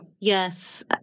Yes